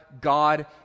God